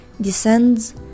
descends